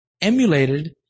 emulated